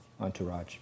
entourage